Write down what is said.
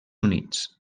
units